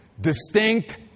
Distinct